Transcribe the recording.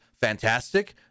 fantastic